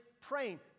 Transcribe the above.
praying